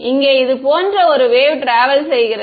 இங்கே இது போன்ற ஒரு வேவ் ட்ராவல் செய்கிறது